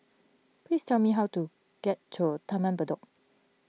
please tell me how to get to Taman Bedok